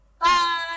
Bye